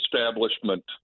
establishment